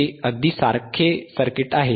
ते अगदी सारखे सर्किट आहे